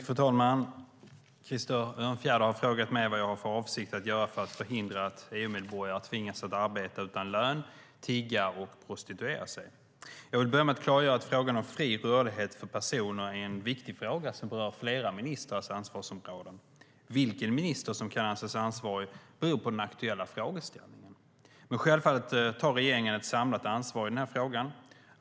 Fru talman! Krister Örnfjäder har frågat mig vad jag har för avsikt att göra för att förhindra att EU-medborgare tvingas arbeta utan lön, tigga och prostituera sig. Jag vill börja med att klargöra att frågan om fri rörlighet för personer är en viktig fråga som berör flera ministrars ansvarsområden. Vilken minister som kan anses ansvarig beror på den aktuella frågeställningen, men självfallet tar regeringen ett samlat ansvar i den här frågan.